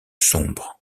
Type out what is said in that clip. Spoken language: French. sombre